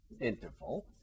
interval